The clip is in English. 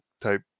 type